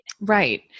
Right